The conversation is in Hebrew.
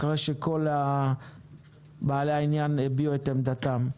אחרי שכל בעלי העניין הביעו את עמדתם.